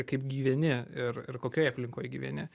kaip gyveni ir ir kokioje aplinkoj gyveni